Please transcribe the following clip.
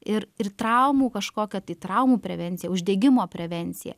ir ir traumų kažkokia tai traumų prevencija uždegimo prevencija